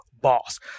boss